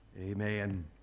Amen